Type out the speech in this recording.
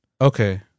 Okay